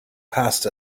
passed